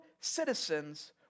citizens